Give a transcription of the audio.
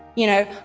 you know,